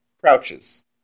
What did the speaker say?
crouches